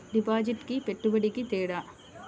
డిపాజిట్కి పెట్టుబడికి తేడా?